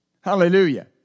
Hallelujah